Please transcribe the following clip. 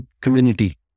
community